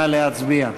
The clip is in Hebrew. נא להצביע.